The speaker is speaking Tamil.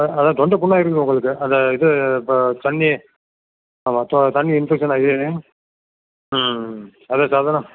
அதை தொண்ட புண்ணா ஆகிருக்கு உங்களுக்கு அதை இது இப்போ தண்ணி ஆமாம் தண்ணி இன்ஃபெக்ஷன் இதுன்ன அதை சாதரண